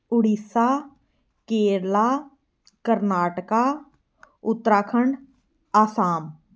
Orissa Kerala Karnataka Uttarakhand Assam